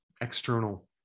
external